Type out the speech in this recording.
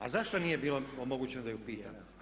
A zašto nije bilo omogućeno da je pitam?